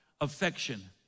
affection